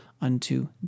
unto